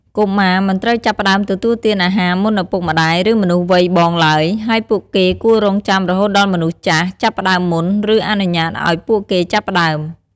កុមារមិនត្រូវចាប់ផ្តើមទទួលទានអាហារមុនឪពុកម្តាយ ឬមនុស្សវ័យបងឡើយ ហើយពួកគេគួររង់ចាំរហូតដល់មនុស្សចាស់ចាប់ផ្តើមមុន ឬអនុញ្ញាតឲ្យពួកគេចាប់ផ្តើម។